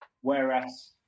Whereas